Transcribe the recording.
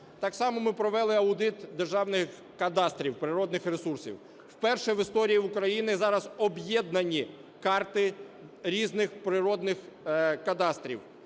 Так само ми провели аудит державних кадастрів природних ресурсів. Вперше в історії України зараз об'єднані карти різних природних кадастрів.